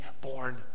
born